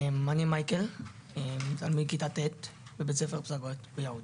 אני מייקל, תלמיד כיתה ט' בבית ספר פסגות ביהוד.